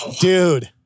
Dude